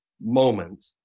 moment